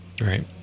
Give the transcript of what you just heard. Right